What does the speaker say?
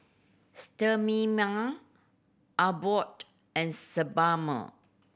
Abbott and Sebamed